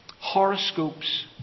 Horoscopes